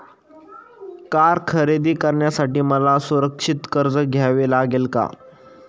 Car खरेदी करण्यासाठी मला सुरक्षित कर्ज घ्यावे लागेल का?